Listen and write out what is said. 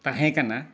ᱛᱟᱦᱮᱸ ᱠᱟᱱᱟ